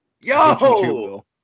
Yo